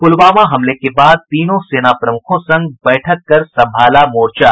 पुलवामा हमले के बाद तीनों सेना प्रमुखों संग बैठक कर संभाला मोर्चा